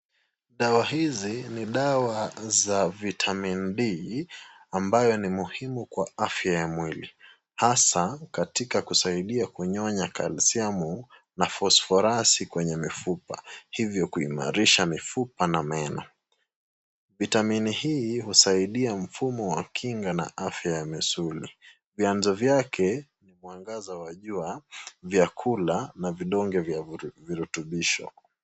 Dawa hizi ni dawa za vitamini D ambayo ni muhimu kwa afya ya mwili hasa katika kusaidia kunyonya kalsiamu na fosforasi kwenye mifupa hivyo kuimarisha mifupa na meno. Vitamini hii husaidia mfumo wa kinga na afya ya misuli. Vianzo vyake ni mwangaza wa jua vyakula na vidonge vya virutubisho.